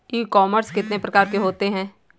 ई commerce कितने प्रकार के होते हैं?